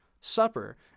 supper